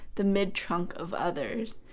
the mid-trunk of others.